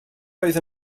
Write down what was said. oedd